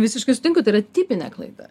visiškai sutinku tai yra tipinė klaida